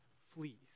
fleas